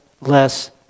less